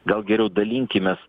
gal geriau dalinkimės